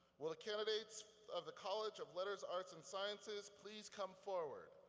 will the candidates of the college of letters, arts, and sciences please come forward.